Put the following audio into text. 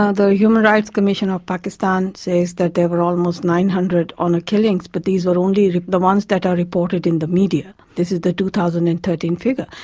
ah the human rights commissioner of pakistan says that there were almost nine hundred honour killings, but these were only the the ones that are reported in the media, this is the two thousand and thirteen figure.